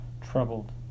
troubled